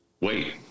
wait